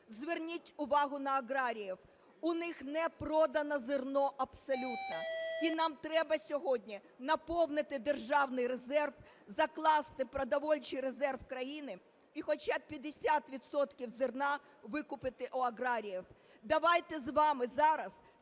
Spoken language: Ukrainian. Зверніть увагу на аграріїв, у них не продано зерно абсолютно. І нам треба сьогодні наповнити державний резерв, закласти продовольчий резерв України і хоча б 50 відсотків зерна викупити в аграріїв. Давайте з вами зараз сконцентруємося